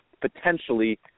potentially